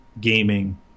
gaming